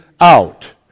out